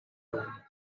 tone